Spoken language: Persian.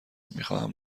میخواهم